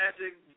Magic